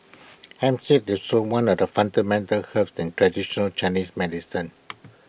hemp seed is also one of the fundamental herbs in traditional Chinese medicine